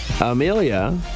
Amelia